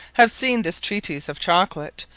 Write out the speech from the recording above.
have seene this treatise of chocolate,